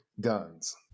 guns